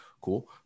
Cool